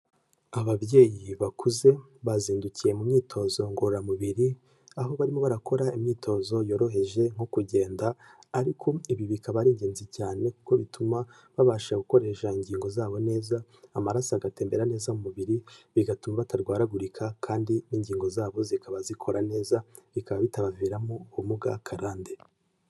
Ababyeyi bakuze bazindukiye mu myitozo ngororamubiri, aho barimo barakora imyitozo yoroheje, nko kugenda ariko ibi bikaba ari ingenzi cyane, kuko bituma babasha gukoresha ingingo zabo neza, amaraso agatembera neza mu mubiri, bigatuma batarwaragurika kandi n'ingingo zabo zikaba zikora neza, bikaba bitabaviramo ubumuga karande.